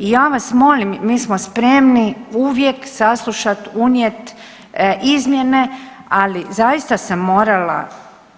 I ja vas molim mi smo spremni uvijek saslušat, unijet izmjene, ali zaista sam morala